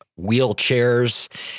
wheelchairs